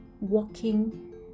walking